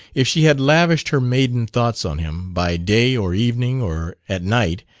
if she had lavished her maiden thoughts on him, by day or evening or at night,